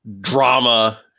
drama